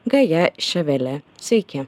gaja ševelė sveiki